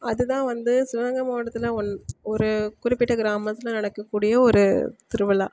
அதுதான் வந்து சிவகங்கை மாவட்டத்தில் ஒன் ஒரு குறிப்பிட்ட கிராமத்தில் நடக்கக்கூடிய ஒரு திருவிழா